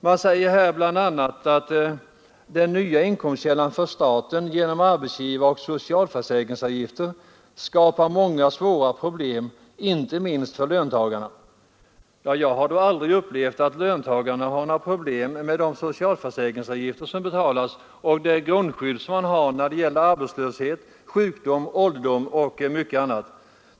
Man anför bl.a.: ”Den nya inkomstkällan för staten, genom arbetsgivaroch socialförsäkringsavgifter, skapar många svåra problem, inte minst för löntagarna.” Jag har då aldrig upplevt att löntagarna har några problem med de socialförsäkringsavgifter som betalas för dem och det grundskydd som de har när det gäller arbetslöshet, sjukdom, ålderdom och mycket annat.